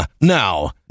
now